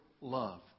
love